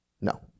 no